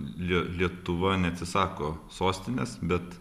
lie lietuva neatsisako sostinės bet